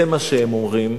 זה מה שהם אומרים,